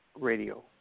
Radio